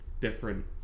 different